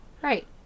Right